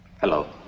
Hello